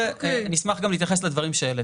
אני אשמח גם להתייחס לדברים שהעליתם.